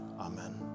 Amen